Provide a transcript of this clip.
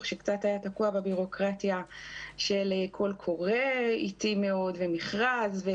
שקצת היה תקוע בביורוקרטיה של קול קורא איטי מאוד ומכרז.